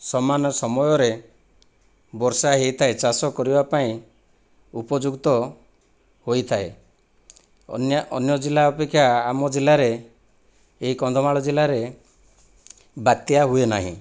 ସମାନ ସମୟରେ ବର୍ଷା ହୋଇଥାଏ ଚାଷ କରିବା ପାଇଁ ଉପଯୁକ୍ତ ହୋଇଥାଏ ଅନ୍ୟ ଅନ୍ୟ ଜିଲ୍ଲା ଅପେକ୍ଷା ଆମ ଜିଲ୍ଲାରେ ଏହି କନ୍ଧମାଳ ଜିଲ୍ଲାରେ ବାତ୍ୟା ହୁଏ ନାହିଁ